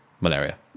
malaria